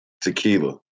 tequila